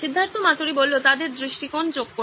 সিদ্ধার্থ মাতুরি তাদের দৃষ্টিকোণ যোগ করে